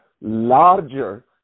larger